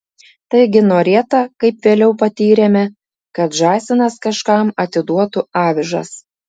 taigi norėta kaip vėliau patyrėme kad žąsinas kažkam atiduotų avižas